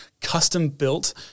custom-built